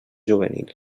juvenil